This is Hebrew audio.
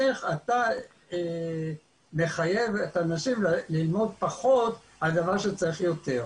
איך אתה מחייב את האנשים ללמוד פחות על דבר שצריך יותר.